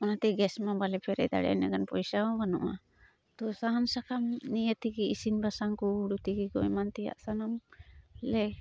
ᱚᱱᱟᱛᱮ ᱜᱮᱥᱢᱟ ᱵᱟᱞᱮ ᱯᱮᱨᱮᱡ ᱫᱟᱲᱮᱭᱟᱜ ᱤᱱᱟᱹᱜ ᱜᱟᱱ ᱯᱚᱭᱥᱟᱦᱚᱸ ᱵᱟᱹᱱᱩᱜᱼᱟ ᱛᱳ ᱥᱟᱦᱟᱱ ᱥᱟᱠᱟᱢ ᱱᱤᱭᱟᱹ ᱛᱤᱜᱤ ᱤᱥᱤᱱ ᱵᱟᱥᱟᱝᱠᱩ ᱦᱩᱲᱩ ᱛᱤᱠᱤᱠᱩ ᱮᱢᱟᱱ ᱛᱮᱭᱟᱜ ᱥᱟᱱᱟᱢ ᱞᱮ